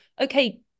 Okay